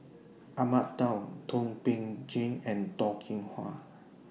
Ahmad Daud Thum Ping Tjin and Toh Kim Hwa